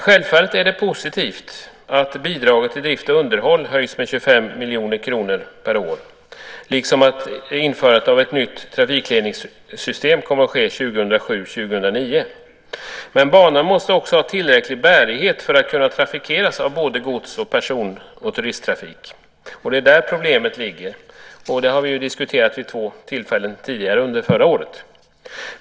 Självfallet är det positivt att bidraget för drift och underhåll höjs med 25 miljoner kronor per år liksom att ett nytt trafikledningssystem kommer att genomföras 2007-2009, men banan måste också ha tillräcklig bärighet för att kunna utnyttjas för både godstrafik och turisttrafik. Det är där som problemet ligger. Vi har diskuterat detta vid två tidigare tillfällen under förra året.